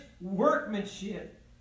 workmanship